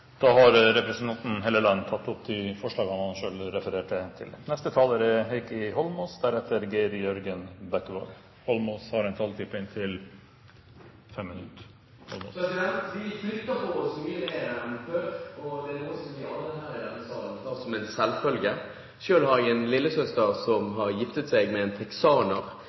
Da har representanten Trond Helleland tatt opp de forslagene han refererte til. Vi flytter på oss mye mer enn før. Det er noe alle vi i denne salen tar som en selvfølge. Selv har jeg en lillesøster som har giftet seg med en teksaner,